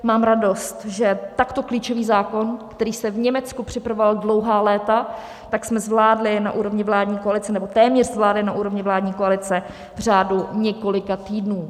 Mám radost, že takto klíčový zákon, který se v Německu připravoval dlouhá léta, jsme zvládli na úrovni vládní koalice, nebo téměř zvládli na úrovni vládní koalice, v řádu několika týdnů.